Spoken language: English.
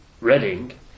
Reading